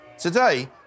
Today